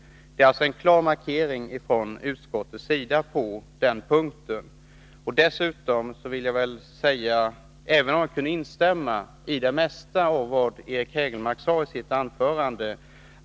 Detta är alltså en klar markering från utskottets sida. Jag kunde instämma i det mesta av vad Eric Hägelmark sade i sitt anförande.